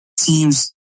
teams